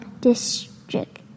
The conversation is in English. district